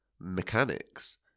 mechanics